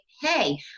hey